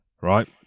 right